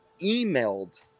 emailed